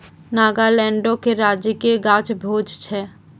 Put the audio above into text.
नागालैंडो के राजकीय गाछ भोज छै